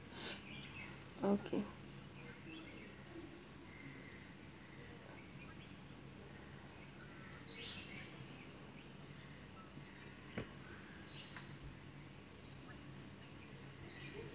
okay